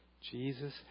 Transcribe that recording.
Jesus